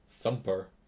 Thumper